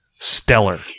stellar